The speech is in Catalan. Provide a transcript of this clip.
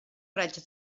raig